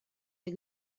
der